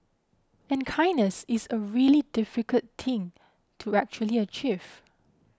and kindness is a really difficult thing to actually achieve